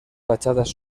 fachadas